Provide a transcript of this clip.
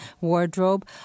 wardrobe